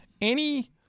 Any-